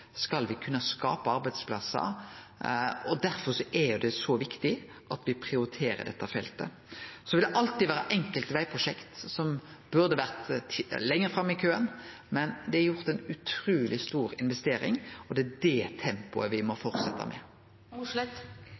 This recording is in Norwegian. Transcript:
skape arbeidsplassar. Derfor er det så viktig at me prioriterer dette feltet. Så vil det alltid vere enkelte vegprosjekt som burde vore lenger framme i køen, men det er gjort ei utruleg stor investering, og det er det tempoet me må fortsetje i. Tredoblingen av jernbanebudsjettet har jo slett